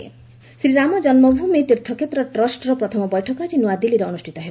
ରାମ ଜନ୍ମଭୂମି ଶ୍ରୀରାମ ଜନ୍ମଭୂମି ତୀର୍ଥକ୍ଷେତ୍ର ଟ୍ରଷ୍ଟର ପ୍ରଥମ ବୈଠକ ଆଜି ନୂଆଦିଲ୍ଲୀରେ ଅନୁଷ୍ଠିତ ହେବ